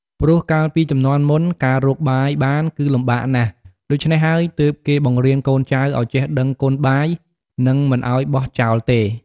ព្រោះកាលពីជំនាន់មុន ការរកបាយបានគឺលំបាកណាស់ ដូច្នេះហើយទើបគេបង្រៀនកូនចៅឲ្យចេះដឹងគុណបាយ និងមិនឲ្យបោះចោលទេ។